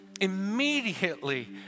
immediately